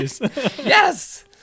yes